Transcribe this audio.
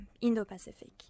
Indo-Pacific